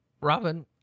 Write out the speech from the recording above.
Robin